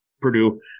Purdue